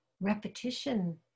repetition